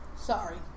Sorry